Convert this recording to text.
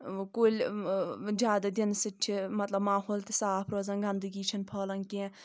کُلۍ زیادٕ دِنہٕ سۭتۍ چھِ مطلب ماحول تہِ صاف روزان گنٛدٕگِی چَھنہٕ پھہلان کینٛہہ